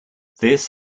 this